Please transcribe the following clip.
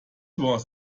was